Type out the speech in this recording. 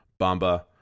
Bamba